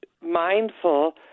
mindful